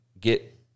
get